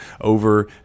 over